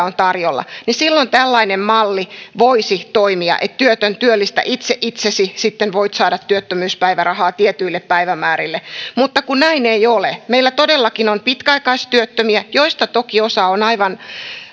on tarjolla niin silloin tällainen malli voisi toimia että työtön työllistä itse itsesi sitten voit saada työttömyyspäivärahaa tietyille päivämäärille mutta kun näin ei ole meillä todellakin on pitkäaikaistyöttömiä joista toki osa on aivan